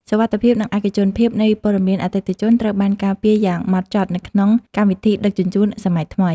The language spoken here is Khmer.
សុវត្ថិភាពនិងឯកជនភាពនៃព័ត៌មានអតិថិជនត្រូវបានការពារយ៉ាងម៉ត់ចត់នៅក្នុងកម្មវិធីដឹកជញ្ជូនសម័យថ្មី។